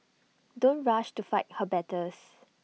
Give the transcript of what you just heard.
don't rush to fight her battles